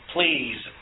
Please